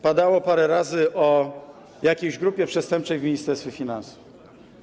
Padały parę razy słowa o jakiejś grupie przestępczej w Ministerstwie Finansów.